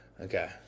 Okay